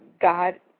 God